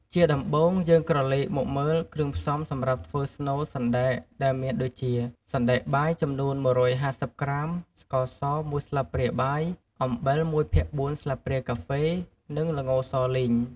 ជាដំបូង យើងក្រឡេកមកមើលគ្រឿងផ្សំសម្រាប់ធ្វើស្នូលសណ្ដែកដែលមានដូចជា សណ្ដែកបាយចំនួន ១៥០ក្រាម ស្ករស មួយស្លាបព្រាបាយ អំបិល ១ភាគ៤ ស្លាបព្រាកាហ្វេ និងល្ងសលីង។